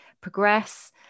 progress